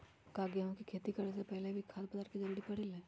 का गेहूं के खेती करे से पहले भी खाद्य पदार्थ के जरूरी परे ले?